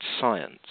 science